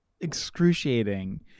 excruciating